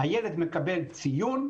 הילד מקבל ציון,